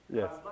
yes